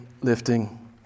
lifting